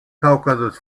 kaukasus